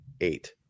eight